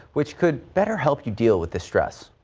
which could better help you deal with the stress.